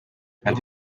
andi